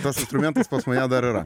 tas instrumentas pas mane dar yra